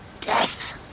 death